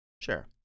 Sure